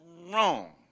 wrong